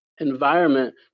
environment